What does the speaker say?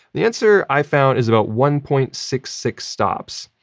the answer i found is about one point six six stops.